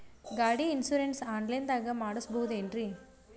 ಗಾಡಿ insurance online ದಾಗ ಮಾಡಸ್ಬಹುದೆನ್ರಿ?